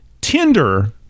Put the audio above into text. Tinder